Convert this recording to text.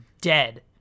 dead